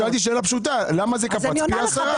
שאלתי שאלה פשוטה, למה זה קפץ פי 10?